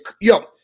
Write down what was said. yo